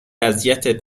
اذیتت